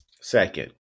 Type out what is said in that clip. Second